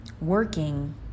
working